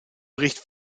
bericht